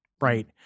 Right